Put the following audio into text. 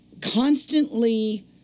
constantly